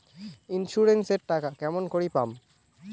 Insurance এর টাকা কেমন করি পাম?